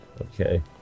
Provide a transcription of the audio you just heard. okay